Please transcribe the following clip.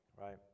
right